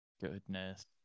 Goodness